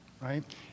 right